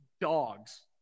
dogs